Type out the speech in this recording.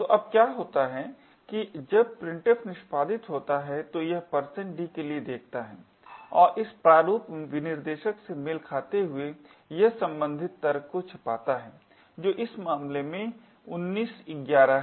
तो अब क्या होता है कि जब printf निष्पादित होता है तो यह इस d के लिए देखता है और इस प्रारूप विनिर्देशक से मेल खाते हुए यह संबंधित तर्क को छापता है जो इस मामले में 1911 है